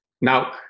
Now